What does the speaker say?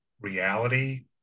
reality